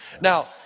Now